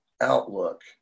outlook